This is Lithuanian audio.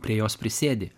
prie jos prisėdi